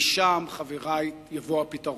משם, חברי, יבוא הפתרון.